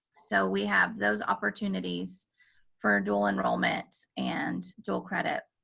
so we have those opportunities for dual enrollment and dual credit.